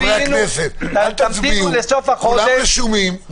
תמתינו לסוף החודש,